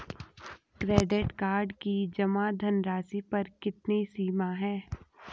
Credit card की जमा धनराशि पर कितनी सीमा है?